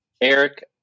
Eric